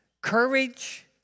courage